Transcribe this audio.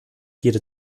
jede